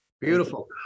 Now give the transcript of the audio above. Beautiful